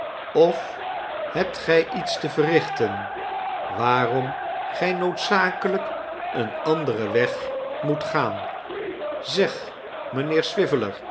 of hebt gij iets te verrichten waarom gij noodzakelijk een anderen weg moet gaan zeg